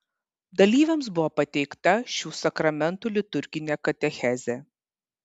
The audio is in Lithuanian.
dalyviams buvo pateikta šių sakramentų liturginė katechezė